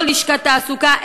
לא לשכת תעסוקה,